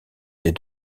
des